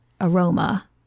aroma